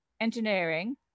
engineering